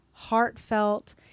heartfelt